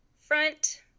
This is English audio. front